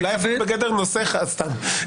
אולי אפילו בגדר נושא --- סתם.